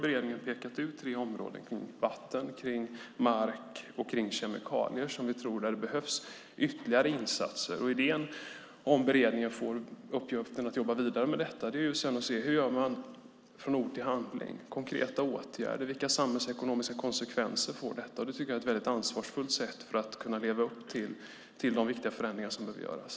Beredningen har pekat ut tre områden, vatten, mark och kemikalier, där vi tror att det behövs ytterligare insatser. Om beredningen får i uppgift att jobba vidare med detta ska man se hur man gör för att gå från ord till handling. Det handlar om konkreta åtgärder och vilka samhällsekonomiska konsekvenser detta får. Jag tycker att det är ett mycket ansvarsfullt sätt att ta sig an de viktiga förändringar som behöver göras.